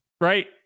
right